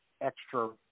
extra